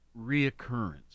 reoccurrence